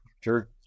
Sure